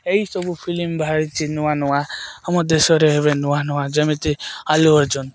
ଏଇ ସବୁ ଫିଲ୍ମ ବାହାରିଛି ନୂଆ ନୂଆ ଆମ ଦେଶରେ ଏବେ ନୂଆ ନୂଆ ଯେମିତି ଆଲୁ ଅର୍ଜୁନ